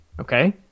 Okay